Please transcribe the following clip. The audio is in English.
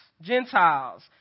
Gentiles